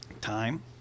Time